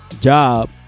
job